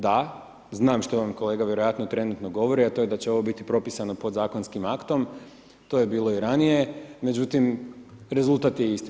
Da, znam što je ono kolega vjerojatno trenutno govori, a to je da će ovo biti propisano pod zakonskim aktom to je bilo i ranije, međutim rezultat je isti.